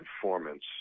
performance